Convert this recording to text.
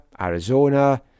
Arizona